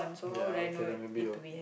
ya okay lah maybe your